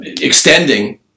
extending